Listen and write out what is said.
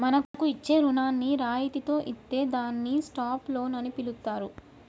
మనకు ఇచ్చే రుణాన్ని రాయితితో ఇత్తే దాన్ని స్టాప్ లోన్ అని పిలుత్తారు